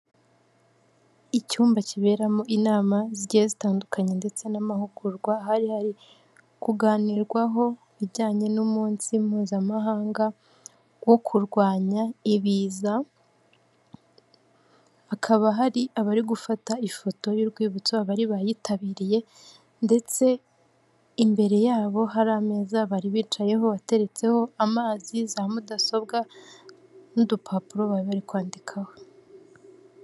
Icyumba kiberamo inama zigiye zitandukanye ndetse n'amahugurwa hari hari kuganirwaho ibijyanye n'umunsi mpuzamahanga wo kurwanya ibiza, hakaba hari abari gufata ifoto y'urwibutso, abari bayitabiriye ndetse imbere yabo hari ameza bari bicayeho ateretseho amazi, za mudasobwa n'udupapuro bari bari kwandikaho.